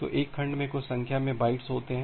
तो एक खंड में कुछ संख्या में बाइट्स होते हैं